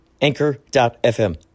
Anchor.fm